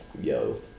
yo